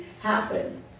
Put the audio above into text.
happen